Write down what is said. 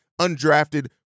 undrafted